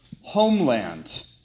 homeland